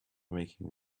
making